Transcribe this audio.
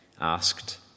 asked